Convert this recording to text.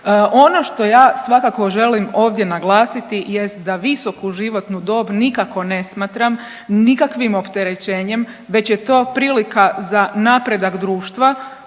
Ono što ja svakako želim ovdje naglasiti jest da visoku životnu dob nikako ne smatram nikakvim opterećenjem već je to prilika za napredak društva